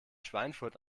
schweinfurt